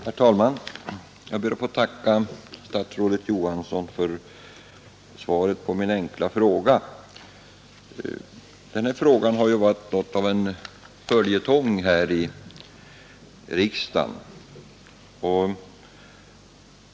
Herr talman! Jag ber att få tacka statsrådet Johansson för svaret. Frågan om LKAB: huvudkontor har varit något av en följetong här i riksdagen.